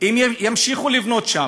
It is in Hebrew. הם ימשיכו לבנות שם,